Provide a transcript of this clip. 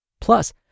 Plus